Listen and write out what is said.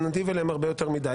אתה נדיב אליהם הרבה יותר מדי.